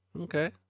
Okay